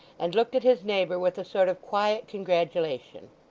and looked at his neighbour with a sort of quiet congratulation.